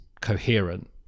coherent